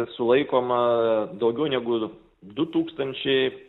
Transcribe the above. sulaikoma daugiau negu du tūkstančiai